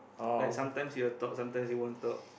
like sometimes he will talk sometimes he won't talk